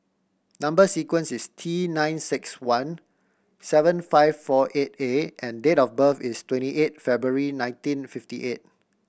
number sequence is T nine six one seven five four eight A and date of birth is twenty eight February nineteen fifty eight